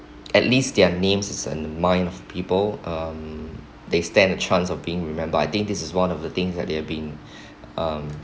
at least their names is in the mind of people um they stand a chance of being remember I think this is one of the things that they have been um